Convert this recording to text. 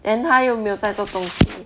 then 她又没有在做东西